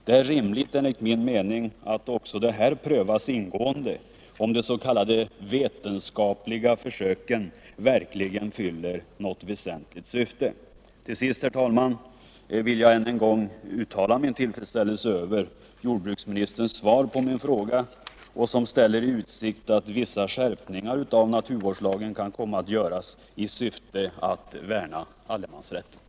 Det är enligt min mening rimligt att det prövas ingående, huruvida de s.k. vetenskapliga försöken verkligen fyller något väsentligt syfte. Till sist, herr talman, vill jag än en gång uttala min tillfredsställelse över jordbruksministerns svar, som ställer i utsikt vissa skärpningar av naturvårdslagen i syfte att värna allemansrätten.